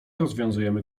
rozwiązujemy